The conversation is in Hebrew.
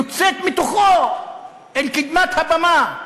יוצאת מתוכו אל קדמת הבמה,